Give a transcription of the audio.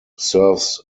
serves